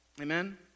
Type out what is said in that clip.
Amen